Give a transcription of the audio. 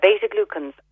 beta-glucans